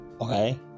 Okay